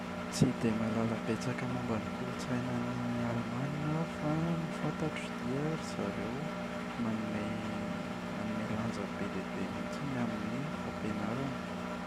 Tsy dia mahalala betsaka momba ny kolontsainan’ny Alemaina aho fa ny fantatro dia ry zareo manome manome lanja be dia be mihitsiny amin’ny fampianarana.